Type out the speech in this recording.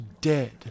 dead